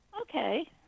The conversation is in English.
Okay